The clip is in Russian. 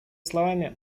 словами